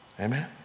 Amen